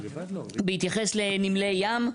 בהתייחס לנמלי ים,